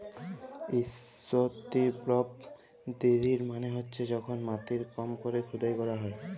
strip drill মালে হছে যখল মাটির কম ক্যরে খুদাই ক্যরা হ্যয়